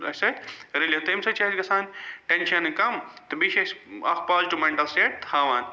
اسہِ سۭتۍ رٔلِو تَمہِ سۭتۍ چھُ اسہِ گَژھان ٹیٚنشن کَم تہٕ بیٚیہِ چھُ اسہِ اَکھ پازٹِوٗ میٚنٹل سیٚٹ تھاوان